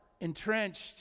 entrenched